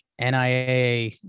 NIA